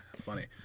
funny